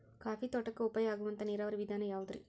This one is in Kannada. ಕಾಫಿ ತೋಟಕ್ಕ ಉಪಾಯ ಆಗುವಂತ ನೇರಾವರಿ ವಿಧಾನ ಯಾವುದ್ರೇ?